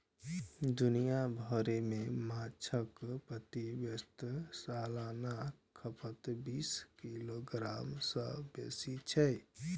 दुनिया भरि मे माछक प्रति व्यक्ति सालाना खपत बीस किलोग्राम सं बेसी छै